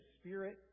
Spirit